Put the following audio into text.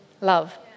love